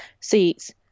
seats